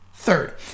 Third